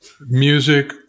music